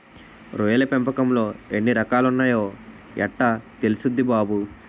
రొయ్యల పెంపకంలో ఎన్ని రకాలున్నాయో యెట్టా తెల్సుద్ది బాబూ?